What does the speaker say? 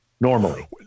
normally